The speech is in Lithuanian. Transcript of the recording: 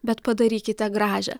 bet padarykite gražią